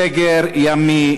יש סגר ימי,